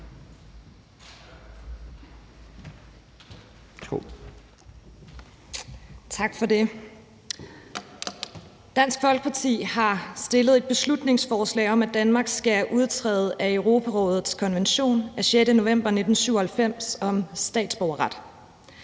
Dansk Folkeparti har fremsat et beslutningsforslag om, at Danmark skal udtræde af Europarådets konvention af 6. november 1997 om statsborgerret.